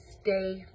stay